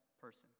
person